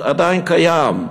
עדיין קיים.